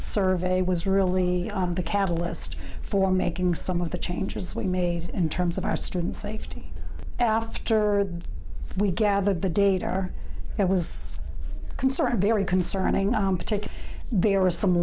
survey was really the catalyst for making some of the changes we made in terms of our student safety after we gathered the data are i was concerned very concerning to take there were some